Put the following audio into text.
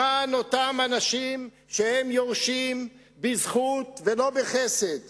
למען אותם אנשים שהם יורשים בזכות ולא בחסד